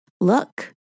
look